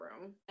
room